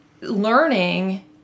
learning